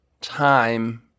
time